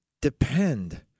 depend